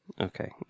Okay